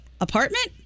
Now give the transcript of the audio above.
apartment